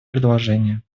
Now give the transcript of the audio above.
предложения